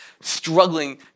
struggling